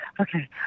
Okay